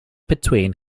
between